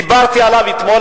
דיברתי עליו אתמול,